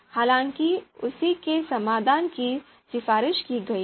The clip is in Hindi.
हालांकि उसी के समाधान की सिफारिश की गई है